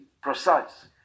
Precise